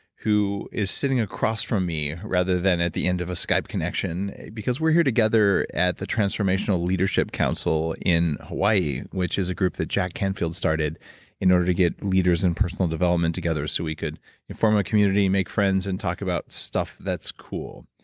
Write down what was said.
who is sitting across from me rather than at the end of a skype connection, because we're here together at the transformational leadership council in hawaii, which is a group that jack canfield started in order to get leaders in personal development together so we could form a community, make friends, and talk about stuff that's cool.